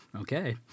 Okay